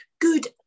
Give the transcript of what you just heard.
good